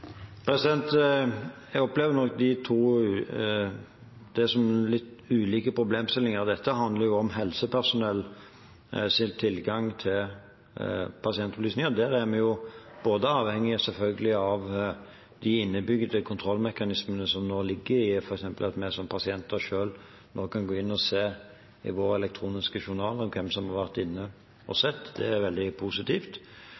Jeg opplever nok det som to litt ulike problemstillinger. Dette handler om helsepersonells tilgang til pasientopplysninger. Der er vi selvfølgelig avhengig av de innebygde kontrollmekanismene som ligger inne nå, f.eks. at vi som pasienter selv kan gå inn og se i vår elektroniske journal hvem som har vært inne og